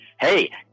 Hey